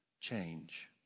change